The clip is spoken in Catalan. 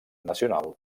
nacional